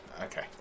okay